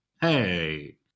Hey